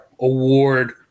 award